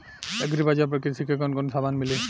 Agri बाजार पर कृषि के कवन कवन समान मिली?